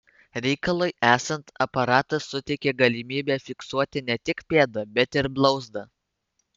reikalui esant aparatas suteikia galimybę fiksuoti ne tik pėdą bet ir blauzdą